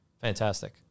fantastic